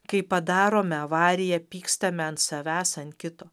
kai padarome avariją pykstame ant savęs ant kito